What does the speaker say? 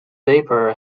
vapor